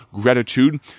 gratitude